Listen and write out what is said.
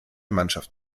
mannschaft